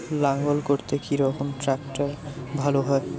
লাঙ্গল করতে কি রকম ট্রাকটার ভালো?